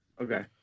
Okay